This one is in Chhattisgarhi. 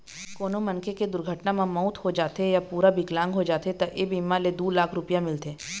कोनो मनखे के दुरघटना म मउत हो जाथे य पूरा बिकलांग हो जाथे त ए बीमा ले दू लाख रूपिया मिलथे